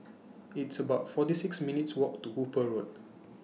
It's about forty six minutes'walk to Hooper Road